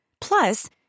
Plus